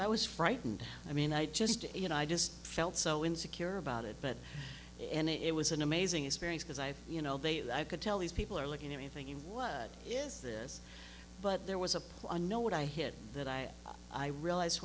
frightened i mean i just you know i just felt so insecure about it but and it was an amazing experience because i you know they i could tell these people are looking at me thinking was is this but there was a plan no what i hit that i i realized